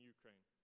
Ukraine